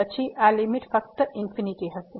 પછી આ લીમીટ ફક્ત ઇન્ફીનીટી હશે